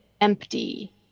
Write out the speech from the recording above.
empty